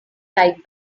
right